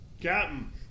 Captain